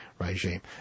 regime